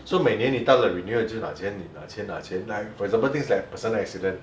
so 每年你到了 renewal 你就拿钱你拿钱拿钱来 for example things like personal accident